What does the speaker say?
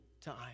time